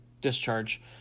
discharge